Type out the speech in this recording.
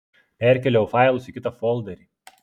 perkėliau failus į kitą folderį